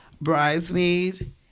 bridesmaid